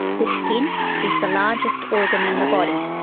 the skin is the largest organ in the body,